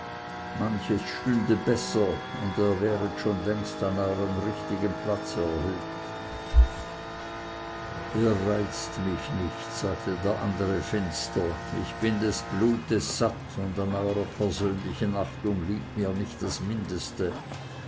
manches stünde besser und ihr wäret schon längst an euern richtigen platz erhöht ihr reizt mich nicht sagte der andere finster ich bin des blutes satt und an eurer persönlichen achtung liegt mir nicht das mindeste